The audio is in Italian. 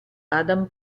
adam